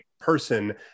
person